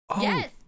Yes